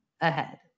ahead